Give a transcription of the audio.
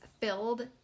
filled